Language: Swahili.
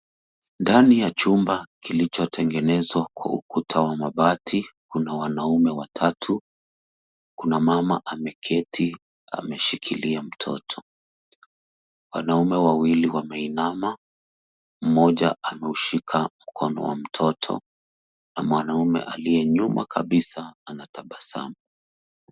Ndani ya chumba kilichotengenezwa kwa ukuta wa mabati, kuna wanaume watatu. Kuna mama ameketi ameshikilia mtoto. Wanaume wawili wameinama mmoja ameushika mkono wa mtoto na mwanaume aliye nyuma kabisa anatabasamu.